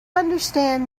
understand